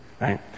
right